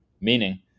meaning